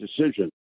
decision